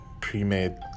pre-made